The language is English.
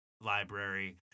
library